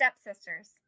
stepsisters